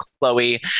Chloe